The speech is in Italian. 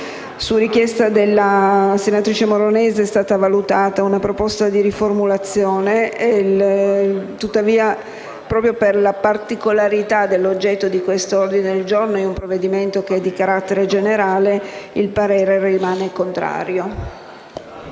su richiesta della senatrice Moronese è stata valutata una proposta di riformulazione e, tuttavia, proprio per la particolarità dell'oggetto di questo ordine del giorno rispetto ad un provvedimento di carattere generale, il parere rimane contrario.